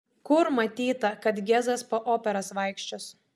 kur matyta kad gezas po operas vaikščios